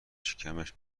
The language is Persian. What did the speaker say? شکمش